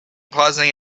pausing